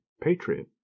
patriot